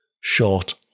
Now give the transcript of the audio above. short